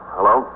Hello